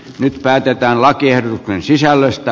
nyt päätetään lakiehdotusten sisällöstä